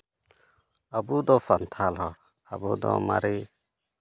ᱟᱵᱚ ᱫᱚ ᱥᱟᱱᱛᱟᱲ ᱦᱚᱲ ᱟᱵᱚ ᱫᱚ ᱢᱟᱨᱮ